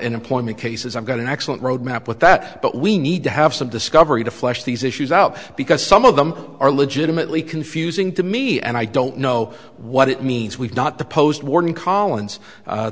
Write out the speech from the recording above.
in applying the cases i've got an excellent road map with that but we need to have some discovery to flesh these issues out because some of them are legitimately confusing to me and i don't know what it means we've not the post warning collins